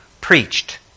preached